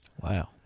Wow